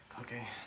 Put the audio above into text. Okay